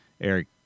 Eric